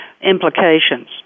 implications